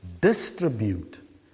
distribute